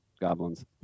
goblins